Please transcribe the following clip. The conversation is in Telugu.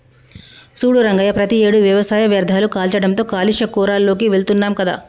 సూడు రంగయ్య ప్రతియేడు వ్యవసాయ వ్యర్ధాలు కాల్చడంతో కాలుష్య కోరాల్లోకి వెళుతున్నాం కదా